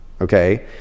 Okay